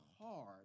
hard